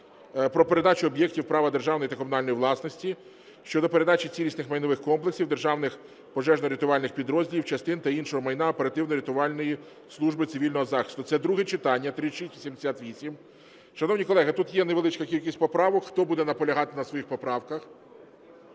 "Про передачу об'єктів права державної та комунальної власності" щодо передачі цілісних майнових комплексів державних пожежно-рятувальних підрозділів (частин) та іншого майна Оперативно-рятувальної служби цивільного захисту. Це друге читання, 3688. Шановні колеги, тут є невеличка кількість поправок. Хто буде наполягати на своїх поправках?